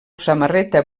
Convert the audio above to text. samarreta